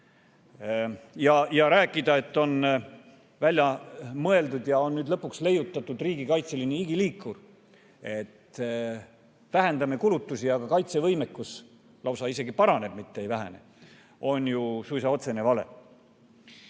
Rääkida, et on välja mõeldud ja nüüd lõpuks leiutatud riigikaitseline igiliikur, et vähendame kulutusi ja kaitsevõimekus isegi paraneb, mitte ei vähene, see on ju suisa otsene vale.